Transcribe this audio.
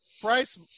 Price